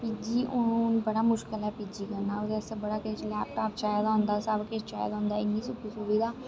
PG हून बड़ा मुश्कल ऐ पीजी करना ओह्दे आस्तै बड़ा किश लेपटाप चाहिदा होंदा ऐ बड़ा किश चाहिदा होंदा ऐ इन्नी सुविधा कुत्थै होंदी